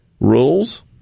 rules